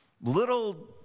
Little